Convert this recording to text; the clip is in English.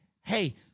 hey